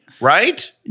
right